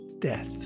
death